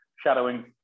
shadowing